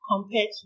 compared